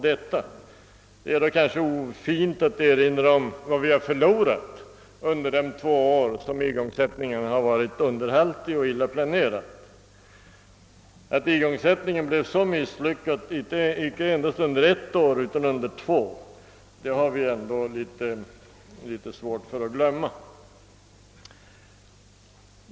Det är kanske ofint att erinra om vad vi har förlorat under de två år då igångsättningen varit underhaltig och illa planerad, men att igångsättningen blev så misslyckad icke endast under ett år utan under två har vi ändå litet svårt att glömma.